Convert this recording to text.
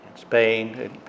Spain